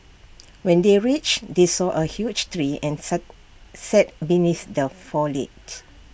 when they reached they saw A huge tree and sat beneath their foliage